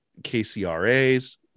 KCRA's